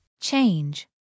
Change